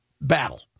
battle